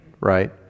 right